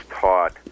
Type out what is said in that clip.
taught